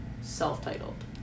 self-titled